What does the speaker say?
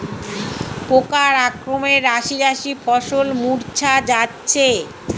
পোকার আক্রমণে শারি শারি ফসল মূর্ছা যাচ্ছে